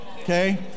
okay